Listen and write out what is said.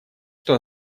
что